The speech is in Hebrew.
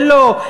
ולא,